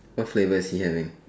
what's flavour is he having